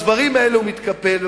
בדברים האלה הוא מתקפל,